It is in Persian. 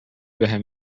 بهم